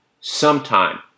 sometime